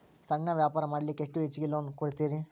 ಸಣ್ಣ ವ್ಯಾಪಾರ ಮಾಡ್ಲಿಕ್ಕೆ ಎಷ್ಟು ಹೆಚ್ಚಿಗಿ ಲೋನ್ ಕೊಡುತ್ತೇರಿ?